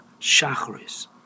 Shacharis